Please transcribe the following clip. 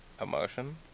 Emotion